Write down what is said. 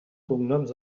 cognoms